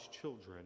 children